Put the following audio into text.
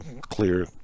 clear